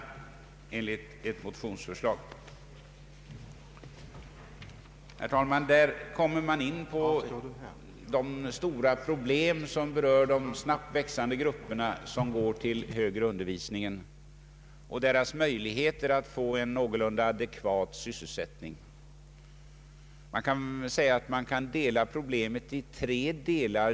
Man kommer här, herr talman, in på de stora problemen för de snabbt växande grupper som går till den högre undervisningen och deras möjligheter att få en någorlunda adekvat sysselsättning. Det sägs att problemet består av tre delar.